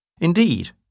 Indeed